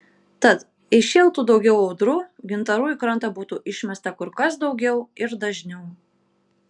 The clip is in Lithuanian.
tad jei šėltų daugiau audrų gintarų į krantą būtų išmesta kur kas daugiau ir dažniau